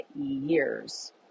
years